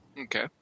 Okay